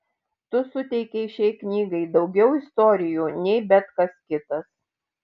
tu suteikei šiai knygai daugiau istorijų nei bet kas kitas